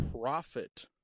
profit